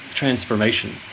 transformation